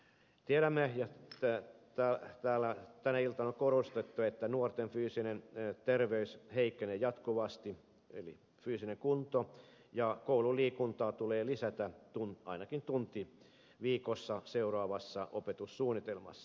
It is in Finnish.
tiedämme ja täällä on tänä iltana korostettu että nuorten fyysinen terveys heikkenee jatkuvasti eli fyysinen kunto ja koululiikuntaa tulee lisätä ainakin tunti viikossa seuraavassa opetussuunnitelmassa